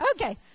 Okay